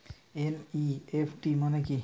NEFT মনে কি?